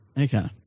Okay